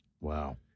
Wow